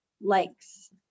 likes